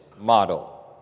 model